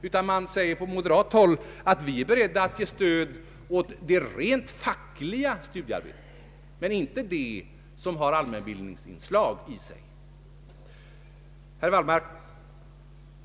Från moderat håll sägs att man är beredd att ge stöd till det rent fackliga studiearbetet men inte till den verksamhet som innehåller allmänbildningsinslag. Herr Wallmark!